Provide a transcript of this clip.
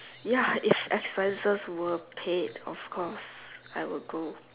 ya if expenses were paid of course I will go